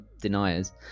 deniers